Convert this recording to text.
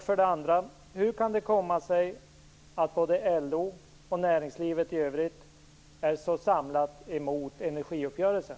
För det andra: Hur kan det komma sig att både LO och näringslivet är så samlade mot energiuppgörelsen?